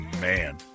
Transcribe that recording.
man